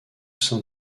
sein